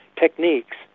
techniques